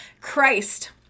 christ